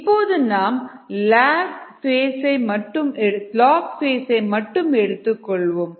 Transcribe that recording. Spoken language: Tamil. இப்போது நாம் லாக் ஃபேஸ் ஐ மட்டும் எடுத்துக் கொள்வோம்